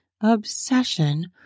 obsession